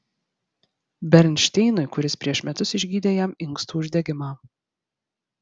bernšteinui kuris prieš metus išgydė jam inkstų uždegimą